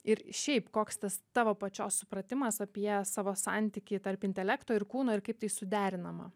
ir šiaip koks tas tavo pačios supratimas apie savo santykį tarp intelekto ir kūno ir kaip tai suderinama